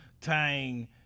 tying